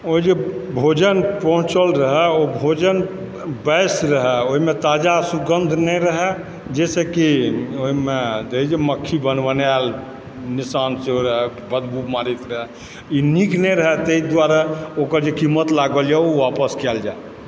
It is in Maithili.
ओ जे भोजन पहुँचल रहै ओ भोजन बासि रहै ओहिमे ताजा सुगन्ध नहि रहय जाहिसँ की ओहिमे मक्खी भनभनायल निशान सेहो रहय बदबू मारैत रहय ई नीक नहि रहै तहि दुआरे ओकर जे कीमत लागलए ओ आपस कयल जाइ